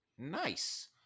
Nice